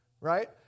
Right